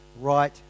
right